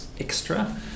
extra